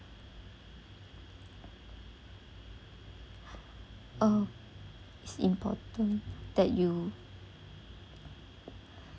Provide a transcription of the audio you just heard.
uh it's important that you